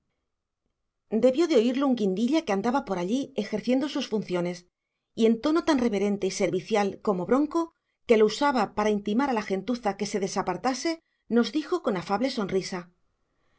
debió de oírlo un guindilla que andaba por allí ejerciendo sus funciones y en tono tan reverente y servicial como bronco lo usaba para intimar a la gentuza que se desapartase nos dijo con afable sonrisa